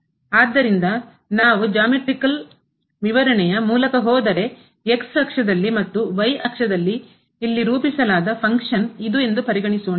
ಆದ್ದರಿಂದ ನಾವು geometrical ಜ್ಯಾಮಿತೀಯ ವಿವರಣೆಯ ಮೂಲಕ ಹೋದರೆ ಮತ್ತು ಇಲ್ಲಿ ರೂಪಿಸಲಾದ ಫಂಕ್ಷನ್ ಇದು ಎಂದು ಪರಿಗಣಿಸೋಣ